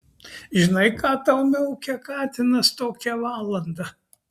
žinai ką tau miaukia katinas tokią valandą